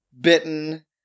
bitten